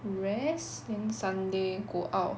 rest then sunday go out